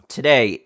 Today